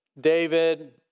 David